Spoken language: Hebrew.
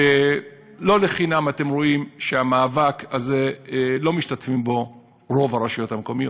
לא לחינם אתם רואים שבמאבק הזה לא משתתפות רוב הרשויות המקומיות.